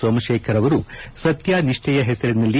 ಸೋಮಶೇಖರ್ ಅವರು ಸತ್ಯ ನಿಷ್ಠೆಯ ಹೆಸರಿನಲ್ಲಿ